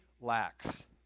lacks